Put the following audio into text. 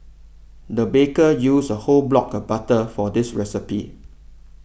the baker used a whole block of butter for this recipe